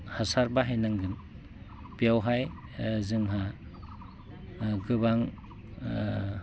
हासार बाहायनांगोन बेवहाय जोंहा गोबां